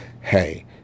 Hey